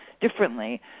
differently